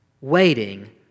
waiting